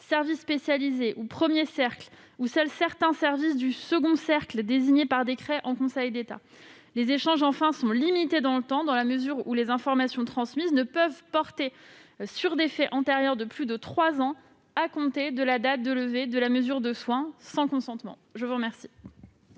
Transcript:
services spécialisés ou « premier cercle », et seuls certains services du second cercle désignés par décret en Conseil d'État. Enfin, les échanges sont limités dans le temps, dans la mesure où les informations transmises ne peuvent porter sur des faits antérieurs de plus de trois ans à compter de la date de levée de la mesure de soins sans consentement. La parole